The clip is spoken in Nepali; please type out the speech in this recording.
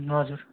हजुर